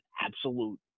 absolute